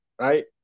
Right